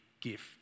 gift